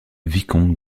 vicomte